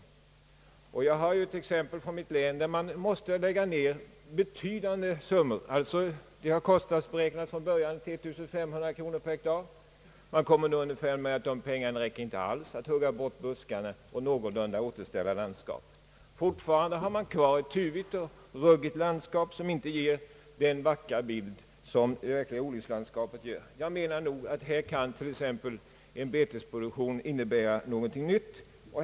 Från mitt län har jag ett exempel på att man måste lägga ner betydande summor. Projektet hade kostnadsberäknats till 1500 kronor per hektar, men man kommer nu underfund med att de pengarna inte räcker till för att hugga bort buskarna och någorlunda återställa landskapet. Fortfarande har man kvar ett tuvigt och ruggigt landskap som inte ger samma vackra bild som det verkliga odlingslandskapet. Jag anser nog att här kan till exempel en betesproduktion innebära någonting nytt.